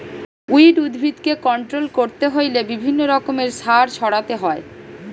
weed উদ্ভিদকে control করতে হইলে বিভিন্ন রকমের সার ছড়াতে হয়